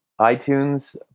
iTunes